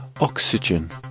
Oxygen